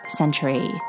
century